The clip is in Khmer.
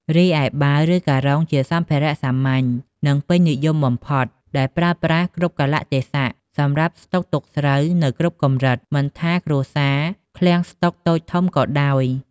រីឯបាវ ឬការុង ជាសម្ភារៈសាមញ្ញ និងពេញនិយមបំផុតដែលប្រើប្រាស់គ្រប់កាលៈទេសៈសម្រាប់ស្តុកទុកស្រូវនៅគ្រប់កម្រិត មិនថាគ្រួសារ ឃ្លាំងស្តុកតូចធំក៏ដោយ។